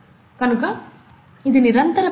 కనుక ఇది నిరంతర ప్రక్రియ